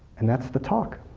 and that's the talk.